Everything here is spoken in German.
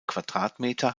quadratmeter